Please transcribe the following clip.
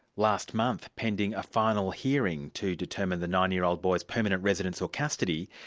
last month, pending a final hearing to determine the nine-year-old boy's permanent residence or custody,